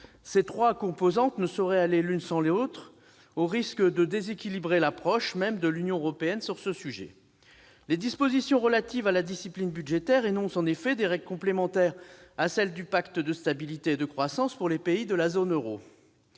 Ces trois composantes ne sauraient aller l'une sans les autres, au risque de déséquilibrer l'approche même de l'Union européenne sur ce sujet. Les dispositions relatives à la discipline budgétaire énoncent en effet des règles complémentaires à celles du pacte de stabilité et de croissance pour les pays de la zone euro.